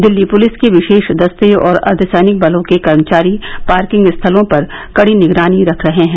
Delhi police के विशेष दस्ते और अर्द्धसैनिक बलों के कर्मचारी पार्किंग स्थलों पर कडी निगरानी रख रहे हैं